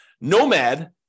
nomad